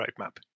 roadmap